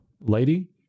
lady